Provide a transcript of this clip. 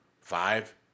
five